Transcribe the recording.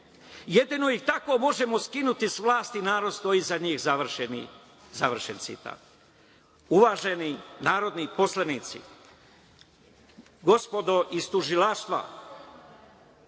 Jedino ih tako možemo skinuti s vlasti. Narod stoji za njih.“ Završen citat. Uvaženi narodni poslanici, gospodo iz tužilaštva,